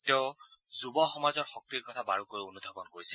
তেওঁ যুৱ সমাজৰ শক্তিৰ কথা বাৰুকৈয়ে অনুধাৱন কৰিছিল